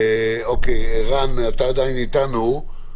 עירן, אתה עדיין איתנו.